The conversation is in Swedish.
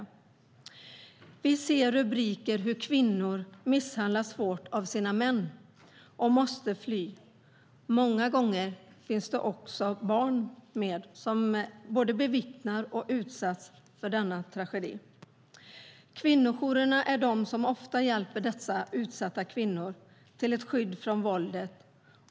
STYLEREF Kantrubrik \* MERGEFORMAT Integration och jämställdhetKvinnojourerna är de som ofta hjälper dessa utsatta kvinnor med ett skydd mot våldet.